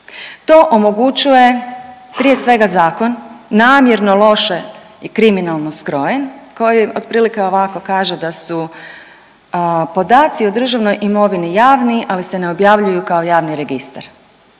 To omogućuje prije svega zakon namjerno loše i kriminalno skrojen koji otprilike ovako kaže da su podaci o državnoj imovini javni, ali se ne objavljuju kao javni registar,